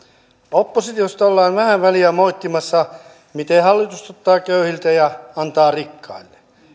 oppositiosta ollaan vähän väliä moittimassa miten hallitus ottaa köyhiltä ja antaa rikkaille